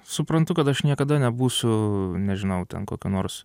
suprantu kad aš niekada nebūsiu nežinau ten kokio nors